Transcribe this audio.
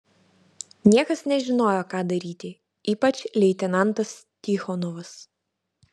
niekas nežinojo ką daryti ypač leitenantas tichonovas